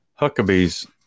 Huckabee's